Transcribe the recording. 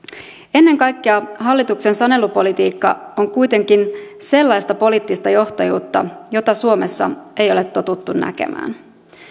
ennen kaikkea hallituksen sanelupolitiikka on kuitenkin sellaista poliittista johtajuutta jota suomessa ei ole totuttu näkemään